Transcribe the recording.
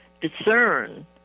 discern